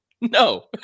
no